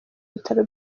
bitaro